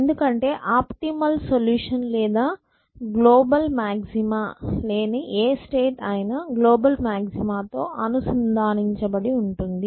ఎందుకంటే optimal solution లేదా global maxima లేని ఏ స్టేట్ అయినా గ్లోబల్ మాగ్జిమా తో అనుసంధానించబడి ఉంటుంది